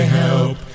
help